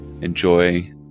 enjoy